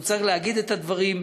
צריך לומר את הדברים.